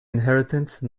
inheritance